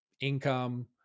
income